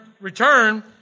return